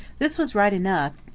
this was right enough,